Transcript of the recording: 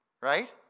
right